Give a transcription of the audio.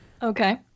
Okay